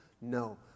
No